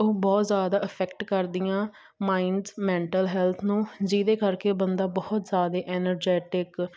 ਉਹ ਬਹੁਤ ਜ਼ਿਆਦਾ ਅਫੈਕਟ ਕਰਦੀਆਂ ਮਾਇੰਡਸ ਮੈਂਟਲ ਹੈਲਥ ਨੂੰ ਜਿਹਦੇ ਕਰਕੇ ਬੰਦਾ ਬਹੁਤ ਜ਼ਿਆਦੇ ਐਨਰਜੈਟਿਕ